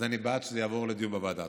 אז אני בעד שזה יעבור לדיון בוועדה.